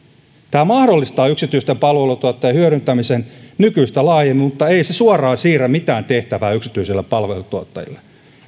tämä mahdollistaa yksityisten palveluntuottajien hyödyntämisen nykyistä laajemmin mutta ei se suoraan siirrä mitään tehtävää yksityisille palveluntuottajille